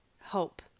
hope